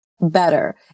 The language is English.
better